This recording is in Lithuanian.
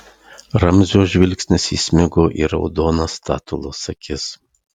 ramzio žvilgsnis įsmigo į raudonas statulos akis